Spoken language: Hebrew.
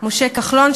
משה כחלון,